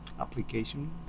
application